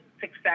success